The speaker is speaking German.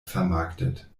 vermarktet